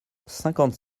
cinquante